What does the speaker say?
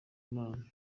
imana